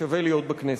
שווה להיות בכנסת.